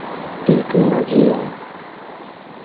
Tilka ᱢᱟᱹᱡᱷᱤᱭᱟᱜ